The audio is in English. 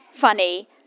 funny